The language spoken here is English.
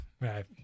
Right